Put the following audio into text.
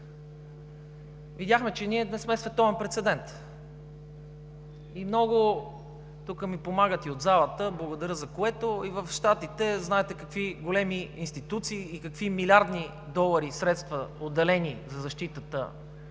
видяхме, че ние не сме световен прецедент. (Реплика от ГЕРБ.) Тук ми помагат и от залата, благодаря за което. В Щатите знаете какви големи институции, милиарди долари – средства, отделени за защита